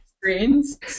screens